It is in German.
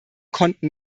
konnten